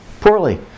Poorly